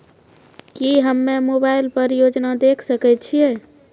की हम्मे मोबाइल पर योजना देखय सकय छियै?